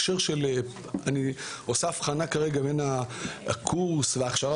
אני עושה הבחנה כרגע בין הקורס וההכשרה